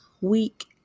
week